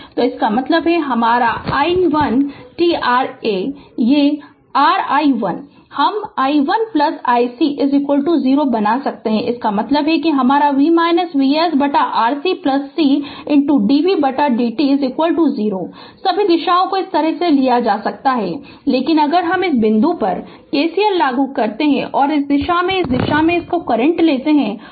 तो इसका मतलब है हमारा i 1 t ra ये r i 1 हम i 1i c 0 बना सकते है इसका मतलब है हमारा V V s बटा Rc d v बटा d t 0 सभी दिशाओं को इस तरह लिया जाता है लेकिन अगर हम इस बिंदु पर KCL लागू करता हूं और इस दिशा में इस दिशा में करंट लेता हूं